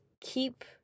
keep